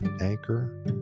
Anchor